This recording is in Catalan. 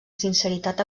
sinceritat